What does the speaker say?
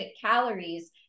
calories